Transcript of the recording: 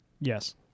Yes